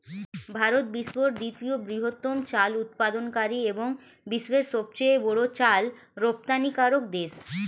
ভারত বিশ্বের দ্বিতীয় বৃহত্তম চাল উৎপাদনকারী এবং বিশ্বের সবচেয়ে বড় চাল রপ্তানিকারক দেশ